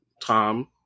Tom